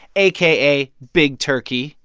aka big turkey,